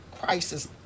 crisis